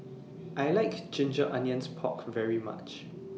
I like Ginger Onions Pork very much